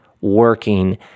working